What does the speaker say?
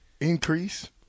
increase